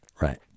right